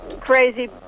crazy